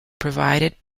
provided